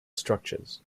structures